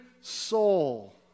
soul